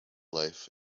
life